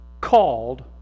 called